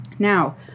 Now